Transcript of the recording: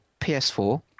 PS4